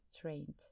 Trained